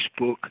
Facebook